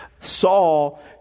Saul